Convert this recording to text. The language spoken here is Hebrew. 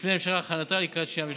לפני המשך הכנתה לקריאה שנייה ושלישית.